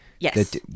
Yes